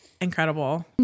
incredible